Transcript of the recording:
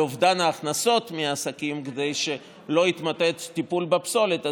אובדן ההכנסות מהעסקים כדי שלא יתמוטט הטיפול בפסולת,